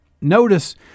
Notice